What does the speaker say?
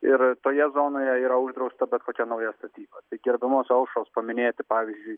ir toje zonoje yra uždrausta bet kokia nauja statyba tai gerbiamos aušros paminėti pavyzdžiui